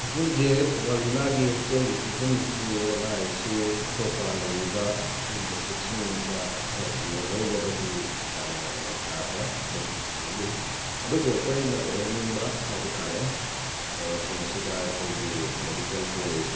ꯍꯧꯖꯤꯛ ꯍꯧꯖꯤꯛ ꯊꯧꯕꯥꯜ ꯖꯤꯂꯥꯒꯤ ꯍꯛꯁꯦꯜꯒꯤ ꯐꯤꯕꯝꯁꯤ ꯑꯅꯥ ꯑꯌꯦꯛꯁꯤ ꯑꯇꯣꯞꯄ ꯂꯩꯔꯤꯕ ꯗꯤꯁꯇ꯭ꯔꯤꯛꯁꯤꯡꯒ ꯍꯦꯛ ꯌꯦꯡꯅꯔꯨꯕꯗꯗꯤ ꯆꯥꯡ ꯌꯥꯝꯅ ꯇꯥꯗ꯭ꯔꯦ ꯑꯗꯨꯝ ꯐꯒꯠꯂꯤ ꯑꯗꯨꯕꯨ ꯑꯩꯈꯣꯏꯅ ꯑꯣꯏꯍꯟꯅꯤꯡꯕ ꯍꯥꯏꯕ ꯇꯥꯔꯦ ꯃꯐꯝ ꯑꯁꯤꯗ ꯑꯩꯈꯣꯏꯒꯤ ꯃꯦꯗꯤꯀꯦꯜ ꯀꯣꯂꯦꯖ